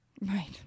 Right